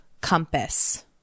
compass